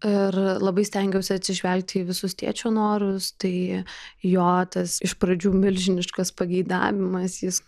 ir labai stengiausi atsižvelgti į visus tėčio norus tai jo tas iš pradžių milžiniškas pageidavimas jis